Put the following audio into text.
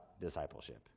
discipleship